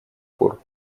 пор